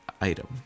item